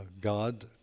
God